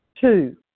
Two